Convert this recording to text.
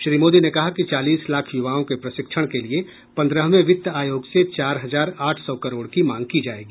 श्री मोदी ने कहा कि चालीस लाख युवाओं के प्रशिक्षण के लिए पंद्रहवें वित्त आयोग से चार हजार आठ सौ करोड़ की मांग की जाएगी